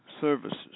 services